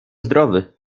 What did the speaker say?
zdrowy